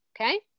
okay